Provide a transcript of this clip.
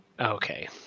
Okay